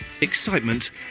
excitement